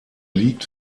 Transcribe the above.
liegt